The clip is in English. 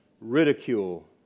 ridicule